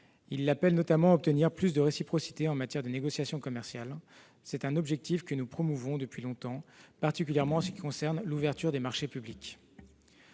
Il vise notamment à obtenir plus de réciprocité en matière de négociations commerciales ; c'est un objectif que nous promouvons depuis longtemps, particulièrement en ce qui concerne l'ouverture des marchés publics.